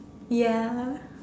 ya